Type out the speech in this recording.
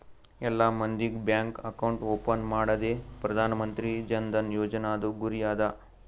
ಎಲ್ಲಾ ಮಂದಿಗ್ bank account open ಮಾಡದೆ ಪ್ರಧಾನ್ ಮಂತ್ರಿ ಜನ್ ಧನ ಯೋಜನಾದು ಗುರಿ ಅದ